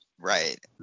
Right